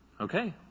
Okay